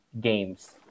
games